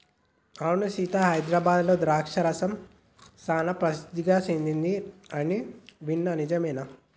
అవును సీత హైదరాబాద్లో ద్రాక్ష రసం సానా ప్రసిద్ధి సెదింది అని విన్నాను నిజమేనా